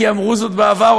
כי אמרו זאת בעבר,